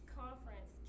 conference